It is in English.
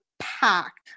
packed